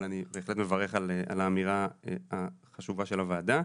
אבל אני בהחלט מברך על האמירה החשובה של הוועדה.